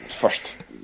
first